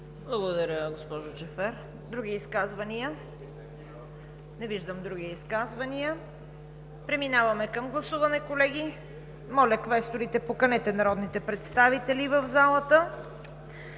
Благодаря, госпожо Джафер. Други изказвания? Не виждам. Преминаваме към гласуване, колеги. Моля, квесторите, поканете народните представители в залата.